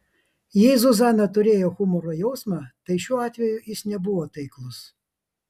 jei zuzana turėjo humoro jausmą tai šiuo atveju jis nebuvo taiklus